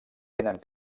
tenen